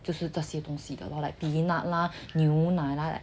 就是这些东西的 lor like peanut lah 牛奶 lah